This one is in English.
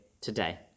today